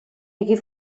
hagué